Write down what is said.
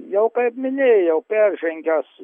jau kaip minėjau peržengęs